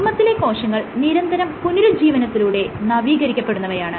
ചർമ്മത്തിലെ കോശങ്ങൾ നിരന്തര പുനരുജ്ജീവനത്തിലൂടെ നവീകരിക്കപ്പെടുന്നവയാണ്